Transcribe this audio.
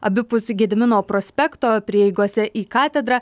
abipus gedimino prospekto prieigose į katedrą